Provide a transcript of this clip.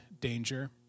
danger